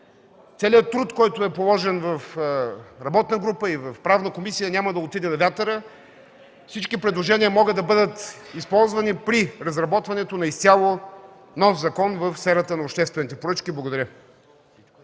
Целият труд, положен в работната група и в Правната комисия, няма да отиде на вятъра. Всички предложения могат да бъдат използвани при разработването на изцяло нов закон в сферата на обществените поръчки. Благодаря.